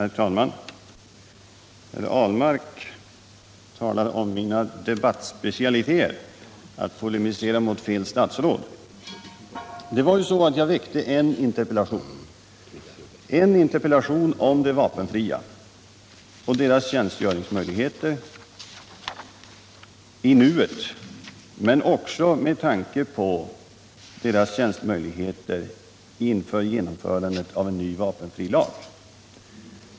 Herr talman! Herr Ahlmark talar om min debattspecialitet att polemisera mot fel statsråd. Jag väckte en interpellation om de vapenfria och deras tjänstgöringsmöjligheter i nuet men också med tanke på deras tjänstgöringsmöjligheter efter genomförandet av en ny vapenfrilag.